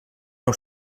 nou